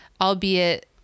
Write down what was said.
Albeit